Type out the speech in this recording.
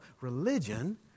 religion